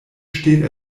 steht